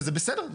וזה בסדר.